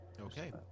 Okay